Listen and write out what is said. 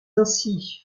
ainsi